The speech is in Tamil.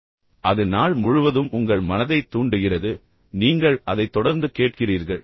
பின்னர் அது நாள் முழுவதும் உங்கள் மனதைத் தூண்டுகிறது பின்னர் நீங்கள் அதை அதை தொடர்ந்து கேட்கிறீர்கள்